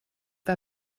war